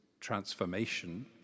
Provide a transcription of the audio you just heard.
transformation